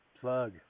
plug